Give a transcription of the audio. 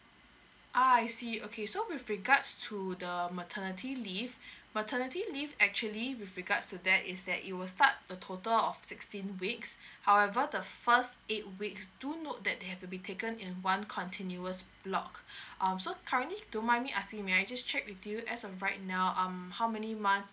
ah I see okay so with regards to the maternity leave maternity leave actually with regards to that is that it will start a total of sixteen weeks however the first eight weeks do note that they have to be taken in one continuous block um so currently don't mind me asking may I just check with you as of right now um how many months